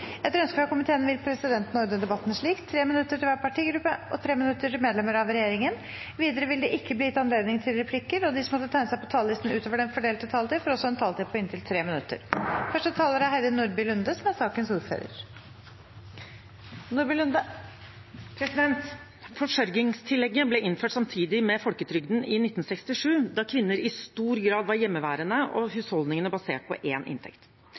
regjeringen. Videre vil det ikke bli gitt anledning til replikker, og de som måtte tegne seg på talerlisten utover den fordelte taletid, får også en taletid på inntil 3 minutter. Forsørgingstillegget ble innført samtidig med folketrygden i 1967, da kvinner i stor grad var hjemmeværende og husholdningene basert på én inntekt.